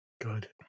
good